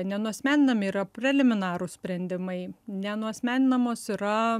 nenuasmeninami yra preliminarūs sprendimai nenuasmeninamos yra